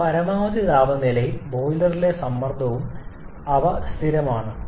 എന്നാൽ പരമാവധി താപനിലയും ബോയിലറ സമ്മർദ്ദം അവ സ്ഥിരമാണ്